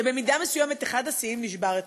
שבמידה מסוימת אחד השיאים נשבר אתמול.